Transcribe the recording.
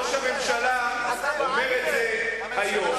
ראש הממשלה אומר את זה היום,